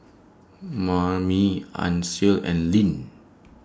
Mamie Ancil and Linn